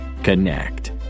Connect